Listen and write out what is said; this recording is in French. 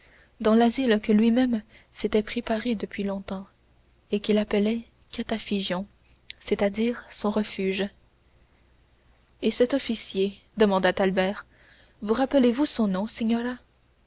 dans l'asile que lui-même s'était préparé depuis longtemps et qu'il appelait kataphygion c'est-à-dire son refuge et cet officier demanda albert vous rappelez-vous son nom